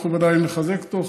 אנחנו בוודאי נחזק אותו,